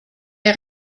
der